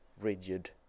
rigid